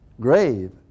grave